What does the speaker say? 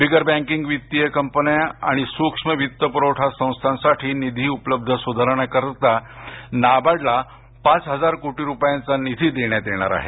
बिगर बँकीग वित्तीय कंपन्या आणि सूक्ष्म वित्त पुरवठा संस्थासाठी निधी उपलब्धता सुधारण्याकरता नाबार्ड ला पाच हजार कोटी रुपयांचा निधी देण्यात येणार आहे